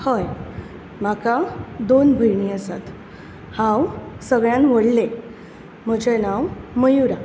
हय म्हाका दोन भयणी आसात हांव सगळ्यांत व्हडलें म्हजें नांव मयूरा